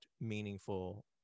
meaningful